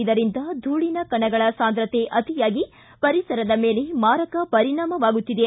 ಇದರಿಂದ ಧೂಳಿನ ಕಣಗಳ ಸಾಂದ್ರತೆ ಅತಿಯಾಗಿ ಪರಿಸರದ ಮೇಲೆ ಮಾರಕ ಪರಿಣಾಮವಾಗುತ್ತಿದೆ